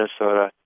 Minnesota